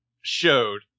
showed